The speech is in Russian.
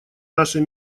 нашей